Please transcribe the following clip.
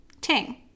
ting